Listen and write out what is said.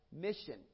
mission